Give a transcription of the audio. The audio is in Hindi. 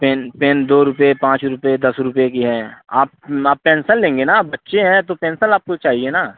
पेन पेन दो रुपये पाँच रुपये दस रुपये की हैं आप आप पेन्सल लेंगे ना आप बच्चे हैं तो पेन्सल आपको चाहिए ना